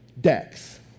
Dax